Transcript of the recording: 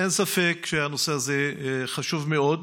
אין ספק שהנושא הזה חשוב מאוד.